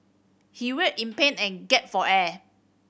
he writhed in pain and gasped for air